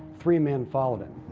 three men followed him.